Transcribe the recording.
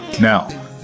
Now